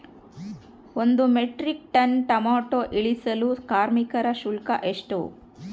ಒಂದು metric tonne tomato ಇಳಿಸಲು ಕಾರ್ಮಿಕರ ಶುಲ್ಕ ಎಷ್ಟು?